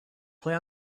play